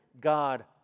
God